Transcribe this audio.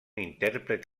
intèrpret